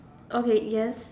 okay yes